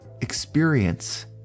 experience